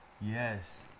Yes